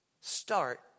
Start